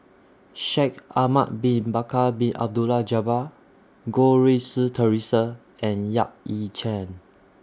Shaikh Ahmad Bin Bakar Bin Abdullah Jabbar Goh Rui Si Theresa and Yap Ee Chian